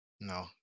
no